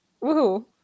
Woo